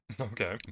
Okay